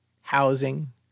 housing